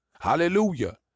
Hallelujah